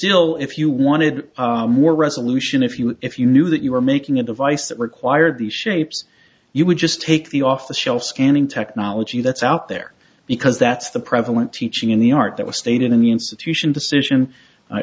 still if you wanted more resolution if you if you knew that you were making a device that required the shapes you would just take the off the shelf scanning technology that's out there because that's the prevalent teaching in the art that was stated in the institution decision i